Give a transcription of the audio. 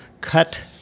cut